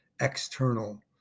external